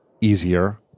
easier